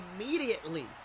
immediately